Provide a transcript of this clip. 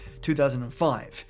2005